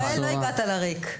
לא באת לריק.